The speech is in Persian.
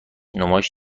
نمایش